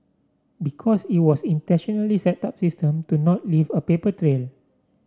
because it was intentionally set up system to not leave a paper trail